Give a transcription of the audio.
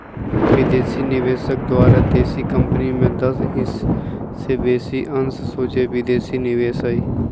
विदेशी निवेशक द्वारा देशी कंपनी में दस हिस् से बेशी अंश सोझे विदेशी निवेश हइ